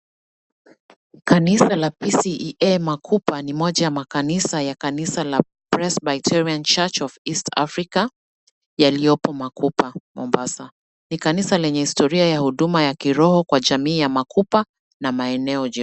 Kanisa la PCEA Makupa ni moja ya makanisa ya kanisa la Presbyterian Church of East Africa yaliyopo Makupa, Mombasa. Ni kanisa lenye historia ya huduma ya kiroho kwa jamii ya Makupa na maeneo.